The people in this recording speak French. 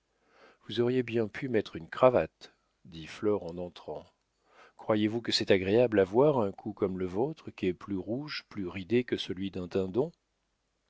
vous auriez bien pu mettre une cravate dit flore en entrant croyez-vous que c'est agréable à voir un cou comme le vôtre qu'est plus rouge plus ridé que celui d'un